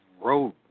road